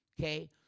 Okay